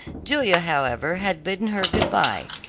julia however had bidden her good-bye,